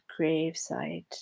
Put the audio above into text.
gravesite